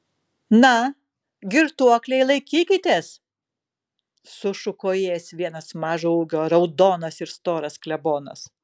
na girtuokliai laikykitės sušuko įėjęs vienas mažo ūgio raudonas ir storas klebonas